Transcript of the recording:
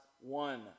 one